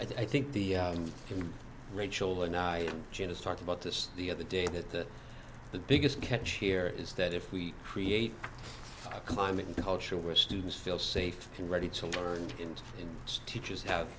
d i think the him rachael and i just talked about this the other day that the biggest catch here is that if we create a climate in the culture where students feel safe and ready to learn and teachers have